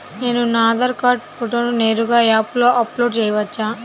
నేను నా ఆధార్ కార్డ్ ఫోటోను నేరుగా యాప్లో అప్లోడ్ చేయవచ్చా?